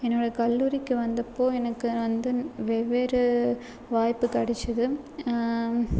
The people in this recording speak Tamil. என்னோடய கல்லூரிக்கு வந்தப்போது எனக்கு வந்து வெவ்வேறு வாய்ப்பு கடைச்சிது